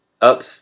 up